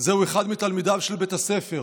זהו אחד מתפקידיו של בית הספר.